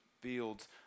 fields